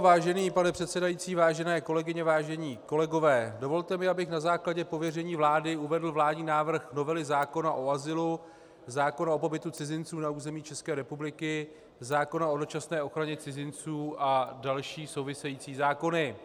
Vážený pane předsedající, vážené kolegyně, vážení kolegové, dovolte mi, abych na základě pověření vlády uvedl vládní návrh novely zákona o azylu, zákona o pobytu cizinců na území ČR, zákona o dočasné ochraně cizinců a další související zákony.